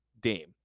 Dame